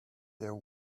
there